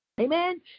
Amen